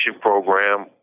program